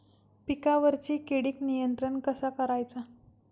पिकावरची किडीक नियंत्रण कसा करायचा?